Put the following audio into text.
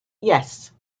yes